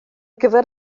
gyfer